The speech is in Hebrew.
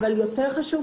אבל יותר חשוב,